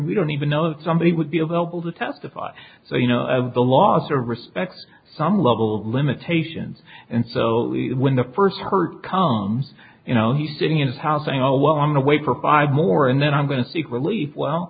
we don't even know that somebody would be available to testify so you know the laws to respect some level limitations and so when the first hurt comes you know he's sitting in his house saying oh well i'm away for five more and then i'm going to seek relief well